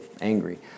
angry